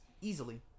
easily